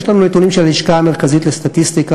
יש לנו נתונים של הלשכה המרכזית לסטטיסטיקה,